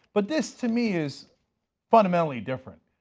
but this to me is fundamentally different.